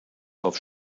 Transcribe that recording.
auf